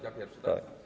Ja pierwszy, tak?